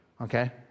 Okay